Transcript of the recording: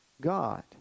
God